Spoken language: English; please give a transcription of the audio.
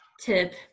tip